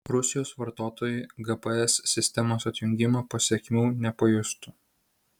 rusijos vartotojai gps sistemos atjungimo pasekmių nepajustų